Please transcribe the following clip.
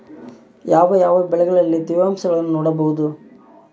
ಯಾವ ಯಾವ ಬೆಳೆಗಳಲ್ಲಿ ತೇವಾಂಶವನ್ನು ನೋಡಬಹುದು?